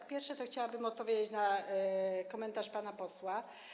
Po pierwsze, chciałabym odpowiedzieć na komentarz pana posła.